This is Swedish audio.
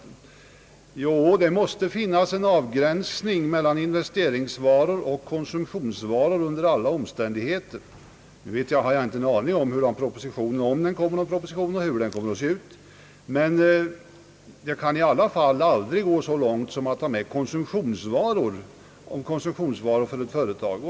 Det måste under alla omständigheter, som jag ser det, bli fråga om en avgränsning mellan investeringsvaror och konsumtionsvaror. Nu har jag inte en aning om hur propositionen — om det över huvud taget blir någon proposition — kommer att se ut, men man kan i varje fall aldrig gå så långt att konsumtionsvarorna för företag här tas med såsom undantagna.